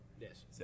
Yes